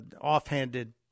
offhanded